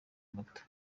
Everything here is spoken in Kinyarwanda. moto